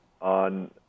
on